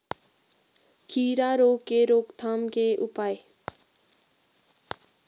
खीरा रोग के रोकथाम के उपाय?